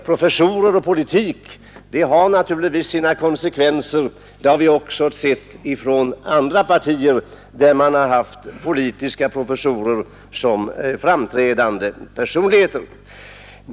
Professorer och politik har naturligtvis sina konsekvenser — det har vi sett också inom andra partier där man haft politiska professorer som framträdande personligheter.